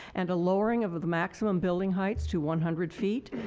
and lowering of the maximum building heights to one hundred feet.